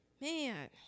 man